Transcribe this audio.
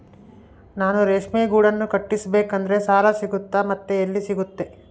ನಾನು ರೇಷ್ಮೆ ಗೂಡನ್ನು ಕಟ್ಟಿಸ್ಬೇಕಂದ್ರೆ ಸಾಲ ಸಿಗುತ್ತಾ ಮತ್ತೆ ಎಲ್ಲಿ ಸಿಗುತ್ತೆ?